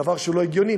דבר שהוא לא הגיוני,